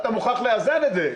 אתה מוכרח לאזן את זה,